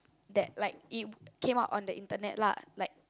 that like it came out on the Internet lah like